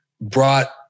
brought